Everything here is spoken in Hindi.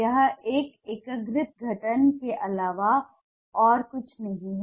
यह एक एकीकृत गठन के अलावा और कुछ नहीं है